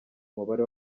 umubare